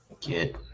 Get